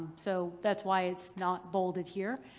so that's why it's not bolded here.